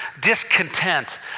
discontent